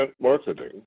marketing